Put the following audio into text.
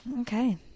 okay